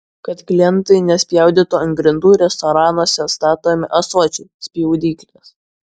kad klientai nespjaudytų ant grindų restoranuose statomi ąsočiai spjaudyklės